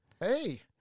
Hey